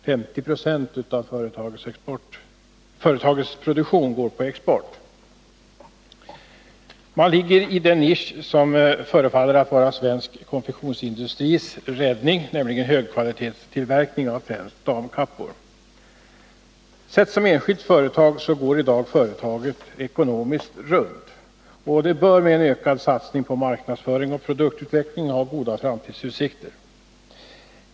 50 96 av företagets produktion går på export. Man befinner sig i den nisch som förefaller vara svensk konfektionsindustris räddning. Det gäller nämligen högkvalitetstillverkning av främst damkappor. Sett som enskilt företag går företagets verksamhet i dag ekonomiskt runt, och företaget bör med en ökad satsning på marknadsföring och produktutveckling ha goda framtidsutsikter.